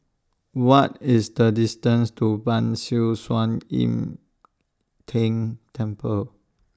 What IS The distance to Ban Siew San Im Tng Temple